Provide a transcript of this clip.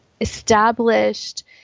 established